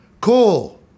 cool